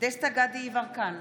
דסטה גדי יברקן,